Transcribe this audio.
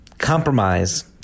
compromise